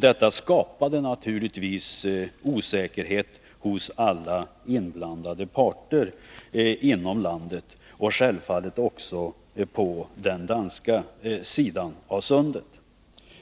Det skapade naturligtvis osäkerhet hos alla inblandade parter inom landet och självfallet också på den danska sidan av sundet.